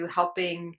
helping